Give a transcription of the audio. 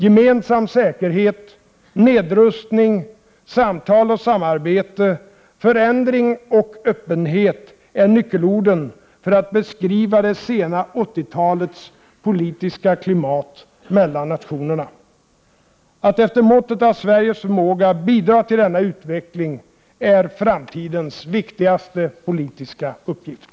Gemensam säkerhet, nedrustning, samtal och samarbete, förändring och öppenhet är nyckelorden för att beskriva det sena 80-talets politiska klimat mellan nationerna. Att efter måttet av Sveriges förmåga bidra till denna utveckling är framtidens viktigaste politiska uppgift.